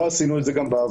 לא עשינו את זה גם בעבר,